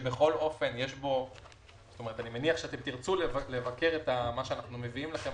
מניח שתרצו לבקר את מה שאנחנו מביאים לכם,